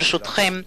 ברשותכם,